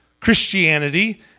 Christianity